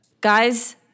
Guys